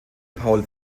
paul